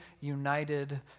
united